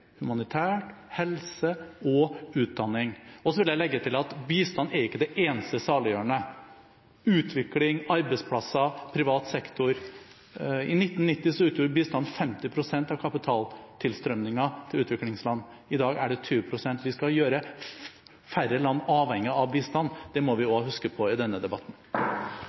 humanitært arbeid, helse og utdanning. Jeg vil legge til at bistand ikke er det eneste saliggjørende. Utvikling, arbeidsplasser og privat sektor er også viktig. I 1990 utgjorde bistanden 50 pst. av kapitaltilstrømmingen til utviklingslandene – i dag utgjør den 20 pst. Vi skal gjøre færre land avhengig av bistand. Det må vi også huske på i denne debatten.